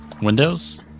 Windows